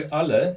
ale